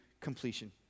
completion